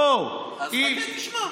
לא, אז חכה, תשמע.